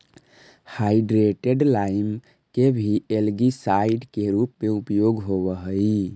hydrated lime के भी algicide के रूप में उपयोग होव हई